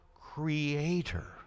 Creator